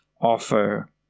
offer